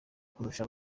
kurusha